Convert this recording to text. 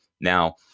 Now